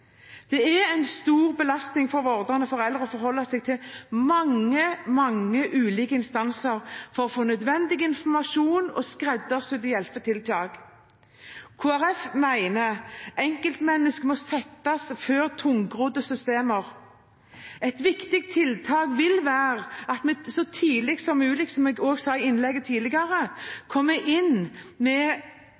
Det er en stor belastning for vordende foreldre å forholde seg til mange ulike instanser for å få nødvendig informasjon og skreddersydde hjelpetiltak. Kristelig Folkeparti mener at enkeltmennesket må settes før tungrodde systemer. Et viktig tiltak vil være at vi så tidlig som mulig, som jeg også sa i mitt første innlegg, kommer inn med hjelp til dem som venter et barn med